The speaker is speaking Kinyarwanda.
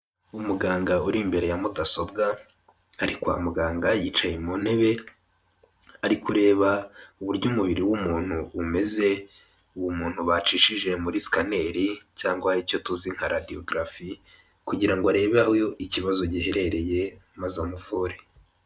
Umuganga uri imbere ya mudasobwa ari kwa muganga yicaye mu ntebe arikurereba uburyo umubiri w'umuntu umeze, uwo muntu bacishije muri sikaneri cyangwa icyo tuzi nka radiyogarafi kugirango arebe aho ikibazo giherereye maze amuvure.